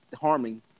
harming